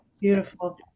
beautiful